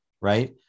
right